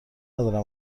ندارم